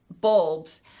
bulbs